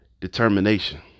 Determination